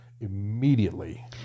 immediately